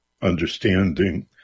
understanding